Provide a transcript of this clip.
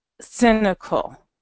cynical